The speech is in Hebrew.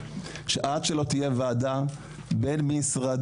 שעד שלא תהיה וועדה בין-משרדית,